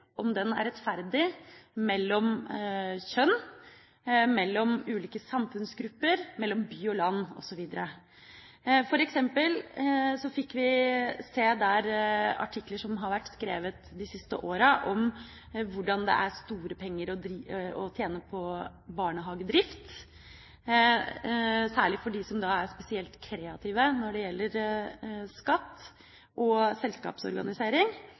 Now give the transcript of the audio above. om den er rettferdig mellom kjønn, mellom ulike samfunnsgrupper, mellom by og land osv. For eksempel fikk vi der se artikler som har vært skrevet de siste årene, om hvordan det er store penger å tjene på barnehagedrift, særlig for dem som er spesielt kreative når det gjelder skatt og selskapsorganisering.